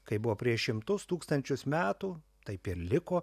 kaip buvo prieš šimtus tūkstančius metų taip ir liko